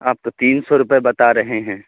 آپ تو تین سو روپے بتا رہے ہیں